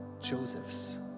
Joseph's